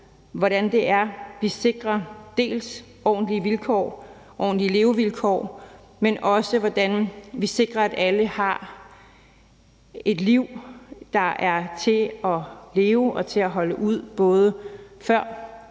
hvordan vi sikrer ordentlige levevilkår, og også hvordan vi sikrer, at alle har et liv, der er til at leve og til at holde ud, både før